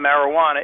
marijuana